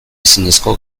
ezinezko